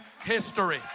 history